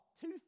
Two